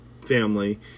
family